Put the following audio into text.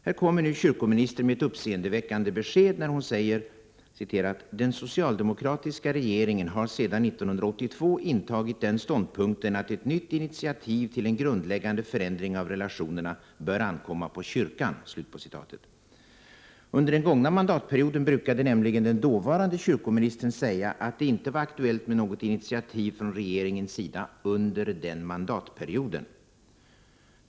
Här kommer nu kyrkoministern med ett uppseendeväckande besked när hon säger: ”Den socialdemokratiska regeringen har sedan 1982 intagit den ståndpunkten att ett nytt initiativ till en grundläggande förändring av relationerna närmast bör ankomma på kyrkan.” Under den gångna mandatperioden brukade nämligen den dåvarande kyrkoministern säga att det inte var aktuellt med något initiativ från regeringens sida under den mandatperioden.